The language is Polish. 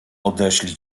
odeszli